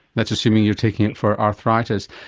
that's assuming you're taking it for arthritis.